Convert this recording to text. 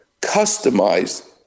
customized